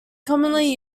commonly